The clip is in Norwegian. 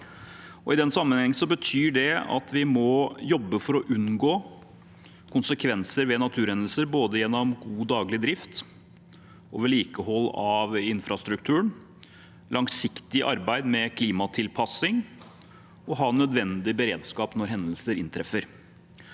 I den sammenheng betyr det at vi må jobbe for å unngå konsekvenser ved naturhendelser, gjennom både god daglig drift og vedlikehold av infrastrukturen, langsiktig arbeid med klimatilpasning og å ha nødvendig beredskap når hendelser inntreffer.